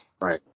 right